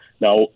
Now